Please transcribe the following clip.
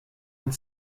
und